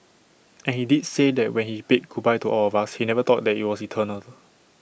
and he did say that when he bid goodbye to all of us he never thought that IT was eternal